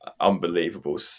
Unbelievable